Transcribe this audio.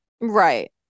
Right